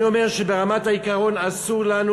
אני אומר שברמת העיקרון אסור לנו.